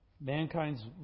mankind's